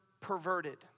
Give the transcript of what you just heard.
Perverted